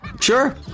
Sure